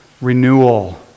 renewal